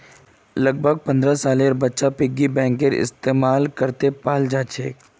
लगभग पन्द्रह सालेर बच्चा पिग्गी बैंकेर इस्तेमाल करते पाल जाछेक